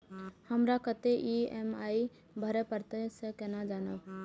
हमरा कतेक ई.एम.आई भरें परतें से केना जानब?